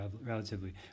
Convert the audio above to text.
relatively